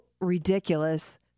ridiculous